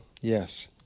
Yes